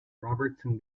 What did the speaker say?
robertson